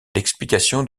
l’explication